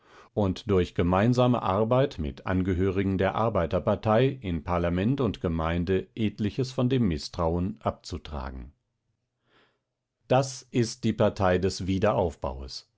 und durch gemeinsame arbeit mit angehörigen der arbeiterpartei in parlament und gemeinde etliches von dem mißtrauen abzutragen das ist die partei des wiederaufbaues